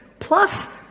plus,